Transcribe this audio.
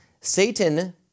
Satan